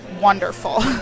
wonderful